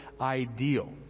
ideal